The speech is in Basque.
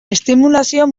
estimulazio